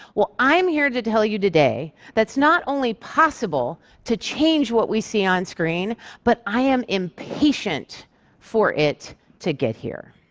well i'm here to tell you today that it's not only possible to change what we see on-screen but i am impatient for it to get here.